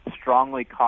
strongly